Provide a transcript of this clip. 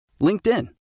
LinkedIn